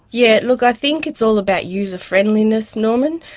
yes, look, i think it's all about user friendliness, norman.